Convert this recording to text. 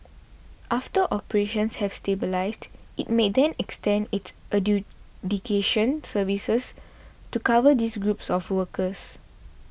after operations have stabilised it may then extend its adjudication services to cover these groups of workers